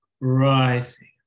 rising